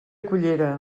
cullera